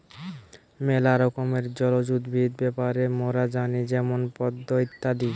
ম্যালা রকমের জলজ উদ্ভিদ ব্যাপারে মোরা জানি যেমন পদ্ম ইত্যাদি